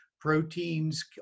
proteins